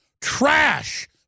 trash